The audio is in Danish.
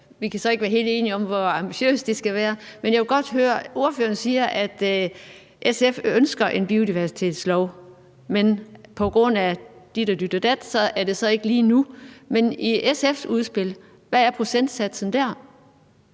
Vi kan så ikke være helt enige om, hvor ambitiøst det skal være. Ordføreren siger, at SF ønsker en biodiversitetslov, men på grund af dit og dat er det så ikke lige nu. Men hvad er procentsatsen i